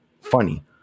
funny